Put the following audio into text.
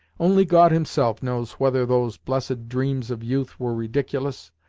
only god himself knows whether those blessed dreams of youth were ridiculous,